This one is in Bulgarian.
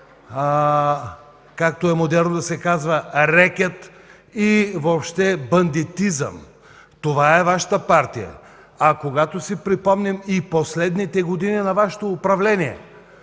както е модерно да се казва – рекет, и въобще – бандитизъм! Това е Вашата партия! А когато си припомним и последните години на Вашето управление,